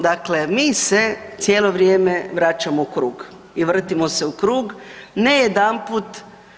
Dakle, mi se cijelo vrijeme vraćamo u krug i vrtimo se u krug, ne jedanput.